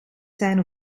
zijn